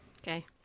Okay